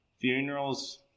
Funerals